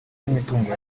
n’imitungo